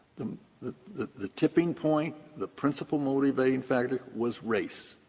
the the the tipping point, the principal motivating factor was race.